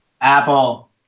Apple